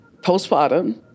postpartum